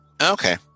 Okay